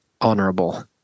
honorable